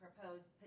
proposed